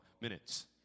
minutes